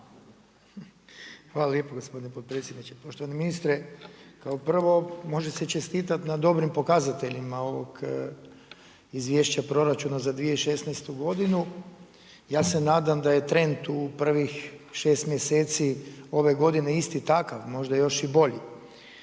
Hvala lijepa gospodine potpredsjedniče. Poštovani ministra. Kao prvo može se čestitati na dobrim pokazateljima ovog izvješća proračuna za 2016. godinu. Ja se nadam da je trend u prvih šest mjeseci ove godine isti takav, možda još i bolji.